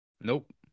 Nope